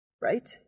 Right